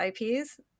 IPs